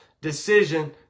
decision